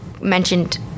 mentioned